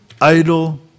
idle